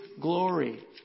glory